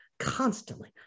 constantly